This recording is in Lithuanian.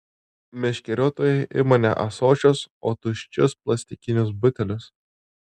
meškeriotojai ima ne ąsočius o tuščius plastikinius butelius